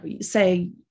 say